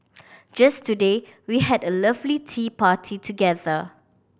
just today we had a lovely tea party together